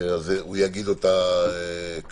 אז הוא יגיד אותה כאן.